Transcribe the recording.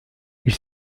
ils